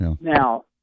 now